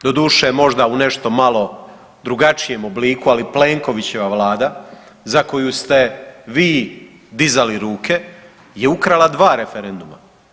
Ova Vlada, doduše možda u nešto malo drugačijem obliku, ali Plenkovićeva Vlada, za koju ste vi dizali ruke je ukrala 2 referenduma.